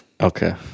okay